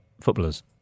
footballers